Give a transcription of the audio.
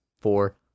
four